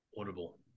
Audible